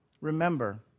remember